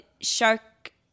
Shark